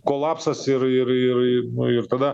kolapsas ir ir ir ir tada